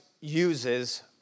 uses